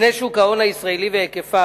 מבנה שוק ההון הישראלי והיקפיו,